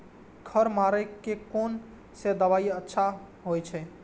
खर मारे के कोन से दवाई अच्छा होय छे?